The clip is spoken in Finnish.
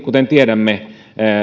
kuten tiedämme